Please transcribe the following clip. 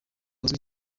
uzwi